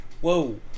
whoa